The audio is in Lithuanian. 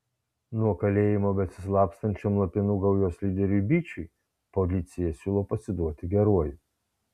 nuo kalėjimo besislapstančiam lapinų gaujos lyderiui byčiui policija siūlo pasiduoti geruoju